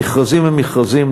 המכרזים הם מכרזים,